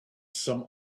some